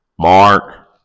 Mark